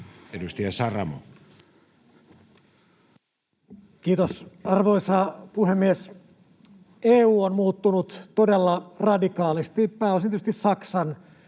Content: Kiitos, arvoisa puhemies! EU on muuttunut todella radikaalisti, pääosin tietysti Saksan